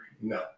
No